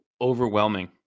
overwhelming